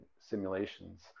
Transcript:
simulations